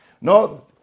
No